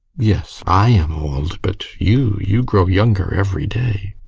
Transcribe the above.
yes, i am old. but you you grow younger every day.